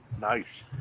Nice